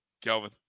Kelvin